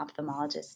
ophthalmologist